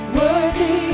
worthy